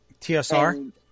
TSR